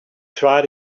tried